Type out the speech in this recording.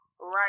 right